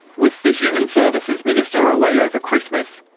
with the human services minister away over christmas,